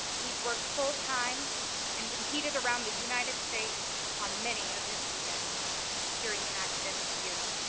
he has worked full time and competed around the united states on many of his weekends during the academic year.